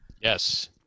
Yes